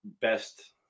best –